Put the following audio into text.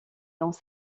dans